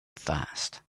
fast